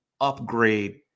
upgrade